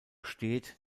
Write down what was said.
steht